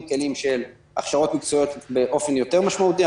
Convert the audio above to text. כלים של הכשרות מקצועיות באופן יותר משמעותי.